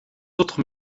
autres